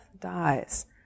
dies